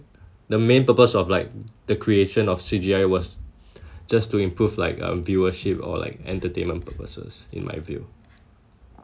the main purpose of like the creation of C_G_I was just to improve like um viewership or like entertainment purposes in my view